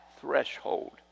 threshold